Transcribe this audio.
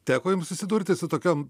teko jums susidurti su tokiom